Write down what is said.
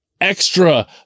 extra